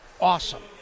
awesome